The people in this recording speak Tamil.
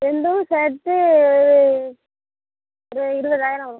ரெண்டையும் சேர்த்து ஒரு இருபதாயிரம் வரும்